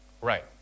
Right